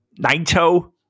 Naito